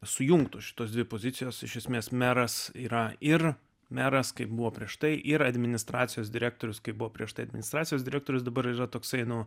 sujungtų šitos dvi pozicijos iš esmės meras yra ir meras kaip buvo prieš tai yra administracijos direktorius kai buvo prieš tai administracijos direktorius dabar yra toksai nu